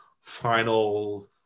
final